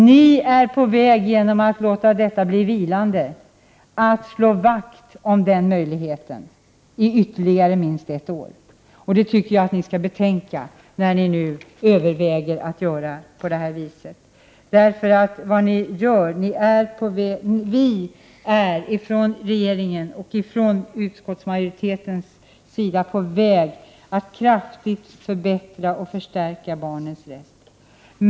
Ni är på väg, genom att låta förslaget på denna punkt bli vilande, att slå vakt om den möjligheten i ytterligare minst ett år. Det tycker jag att ni skall betänka. Från regeringens och utskottsmajoritetens sida är vi på väg att kraftigt förbättra och förstärka barnens rätt.